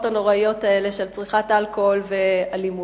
הנוראות האלה של צריכת אלכוהול ואלימות.